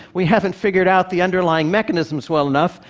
we haven't figured out the underlying mechanisms well enough.